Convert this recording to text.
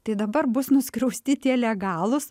tai dabar bus nuskriausti tie legalūs